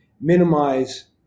minimize